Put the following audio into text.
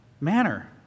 manner